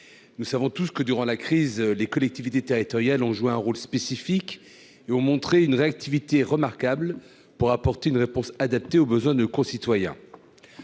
nous savons tous que durant la crise, les collectivités territoriales ont joué un rôle spécifique et ont montré une réactivité remarquables pour apporter une réponse adaptée aux besoins de concitoyens